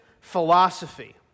philosophy